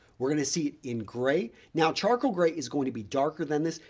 we're going to see in gray. now, charcoal gray is going to be darker than this.